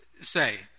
say